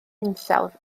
hinsawdd